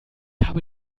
habe